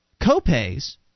co-pays